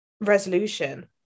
resolution